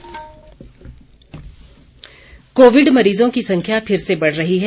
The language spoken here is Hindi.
कोविड संदेश कोविड मरीजों की संख्या फिर से बढ़ रही है